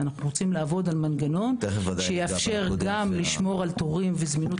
אנחנו רוצים לעבוד על מנגנון שיאפשר לשמור על תורים ועל זמינות